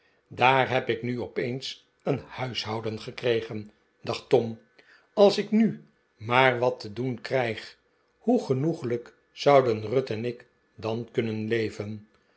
daar heb ik nu opeens een huishouden gekregen dacht tom als ik nu maar wat te doen krijg hoe genoeglijk zouden ruth en ik dan kunnen leven